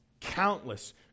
Countless